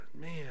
man